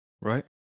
Right